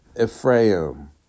Ephraim